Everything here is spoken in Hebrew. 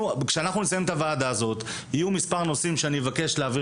כשנסיים את הישיבה יהיו מספר נושאים שאבקש להעביר